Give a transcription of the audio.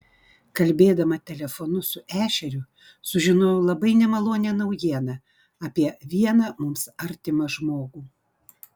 kalbėdama telefonu su ešeriu sužinojau labai nemalonią naujieną apie vieną mums artimą žmogų